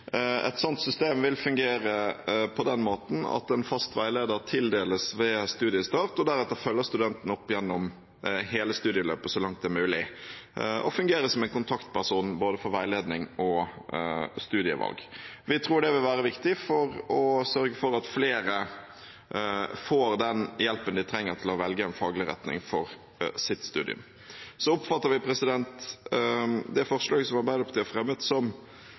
Et sånt system vil fungere på den måten at en fast veileder tildeles ved studiestart og deretter følger studenten opp gjennom hele studieløpet så langt det er mulig og fungerer som en kontaktperson både for veiledning og for studievalg. Vi tror det vil være viktig for å sørge for at flere får den hjelpen de trenger til å velge en faglig retning for sitt studium. Så oppfatter vi det forslaget som Arbeiderpartiet har fremmet,